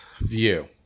view